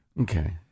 Okay